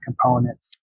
components